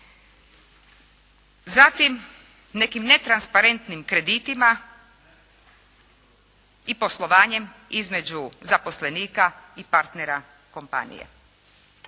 Zatim, nekim netransparentnim kreditima i poslovanjem između zaposlenika i partnera kompanije.